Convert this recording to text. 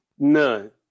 None